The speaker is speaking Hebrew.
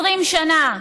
20 שנה.